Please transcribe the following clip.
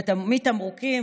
מתמרוקים,